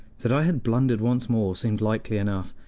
that i had blundered once more seemed likely enough,